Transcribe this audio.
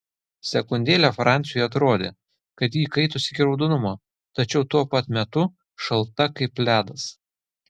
sekundėlę franciui atrodė kad ji įkaitusi iki raudonumo tačiau tuo pat metu šalta kaip ledas